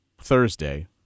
Thursday